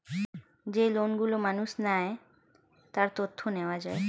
যেই লোন গুলো মানুষ নেয়, তার তথ্য নেওয়া যায়